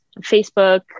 Facebook